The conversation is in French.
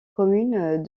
communes